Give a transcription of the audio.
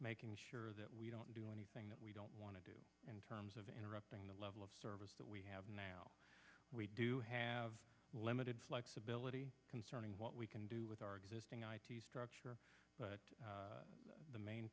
making sure that we don't do anything that we don't want to do in terms of interrupting the level of service that we have now we do have limited flexibility concerning what we can do with our existing structure but the main